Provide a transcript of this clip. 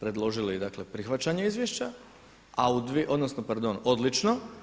predložili, dakle prihvaćanje izvješća, odnosno pardon odlično.